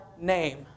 name